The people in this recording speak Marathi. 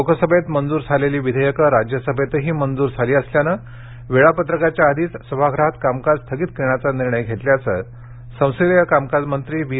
लोकसभेत मंजूर झालेली विधेयक राज्यसभेतही मंजूर झाली असल्यानं वेळापत्रकाच्या आधीच सभागृहात कामकाज स्थगित करण्याचा निर्णय घेतल्याचं संसदीय कामकाज मंत्री व्ही